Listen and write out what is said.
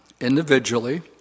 individually